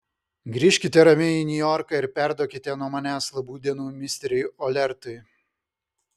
grįžkite ramiai į niujorką ir perduokite nuo manęs labų dienų misteriui olertui